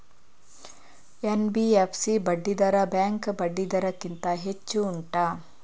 NBFC ಬಡ್ಡಿ ದರ bank ಬಡ್ಡಿ ದರ ಗಿಂತ ಹೆಚ್ಚು ಉಂಟಾ